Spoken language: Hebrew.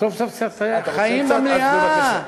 סוף-סוף קצת חיים במליאה.